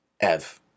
Ev